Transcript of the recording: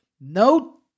no